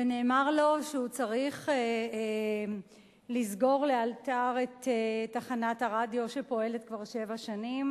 ונאמר לו שהוא צריך לסגור לאלתר את תחנת הרדיו שפועלת כבר שבע שנים,